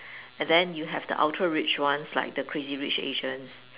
and then you have the Ultra rich ones like the crazy rich Asians